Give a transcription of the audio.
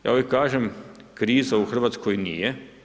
Ja uvijek kažem, kriza u Hrvatskoj nije.